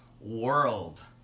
world